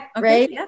right